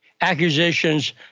accusations